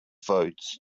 votes